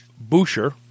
Boucher